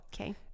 okay